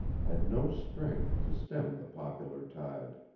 had no strength to stem the popular tide.